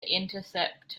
intercept